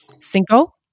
Cinco